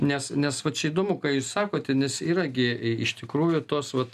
nes nes va čia įdomu ką jūs sakote nes yra gi iš tikrųjų tos vat